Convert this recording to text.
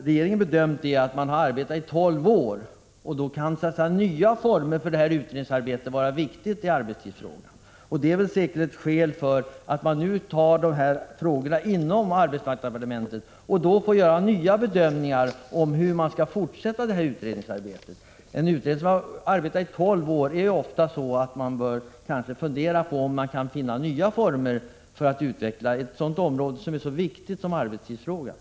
Regeringen har därför bedömt att nya former för utredningsarbetet med arbetstidsfrågorna kan vara viktigt. Det är säkert ett skäl till att man nu tar upp frågorna inom arbetsmarknadsdepartementet, så att nya bedömningar kan göras om hur man skall fortsätta utredningsarbetet. När en utredning har arbetat i tolv år finns det anledning att fundera över om man kan finna nya former för att utveckla ett så viktigt område som arbetstidsfrågorna.